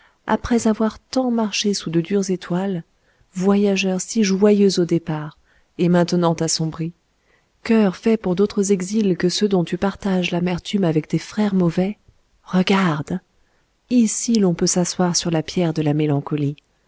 après avoir tant marché sous de dures étoiles voyageur si joyeux au départ et maintenant assombri cœur fait pour d'autres exils que ceux dont tu partages l'amertume avec des frères mauvais regarde ici l'on peut s'asseoir sur la pierre de la mélancolie